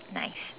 nice